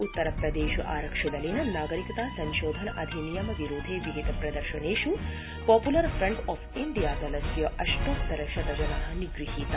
उत्तरप्रदेश आरक्षिदलेन नागरिकता संशोधन अधिनियम विरोधे विहित प्रदर्शनेषु पॉपुलर फ्रन्ट ऑफ इंडिया दलस्य अष्टोत्तर शत जना निगृहीता